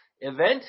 event